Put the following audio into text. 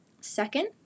Second